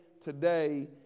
today